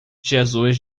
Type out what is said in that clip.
jesus